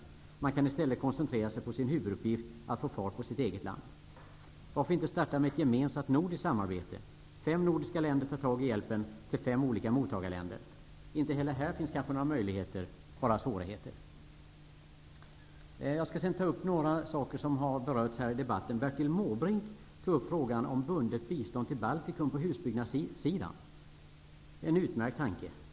Där kan man i stället koncentrera sig på sin huvuduppgift, att få fart på sitt eget land. Varför inte starta med ett gemensamt nordiskt samarbete, att fem nordiska länder tar tag i hjälpen till fem olika mottagarländer? Inte heller här finns kanske några möjligheter -- bara svårigheter. Jag skall sedan kommentera några saker som har berörts i debatten. Bertil Måbrink tog upp frågan om bundet bistånd till Baltikum på husbyggnadssidan. Det är en utmärkt tanke.